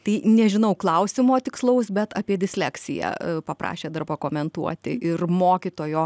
tai nežinau klausimo tikslaus bet apie disleksiją paprašė dar pakomentuoti ir mokytojo